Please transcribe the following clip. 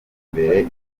imbere